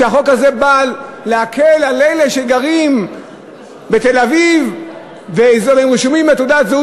שהחוק הזה בא להקל על אלה שגרים בתל-אביב והם רשומים בתעודת הזהות